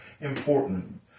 important